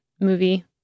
movie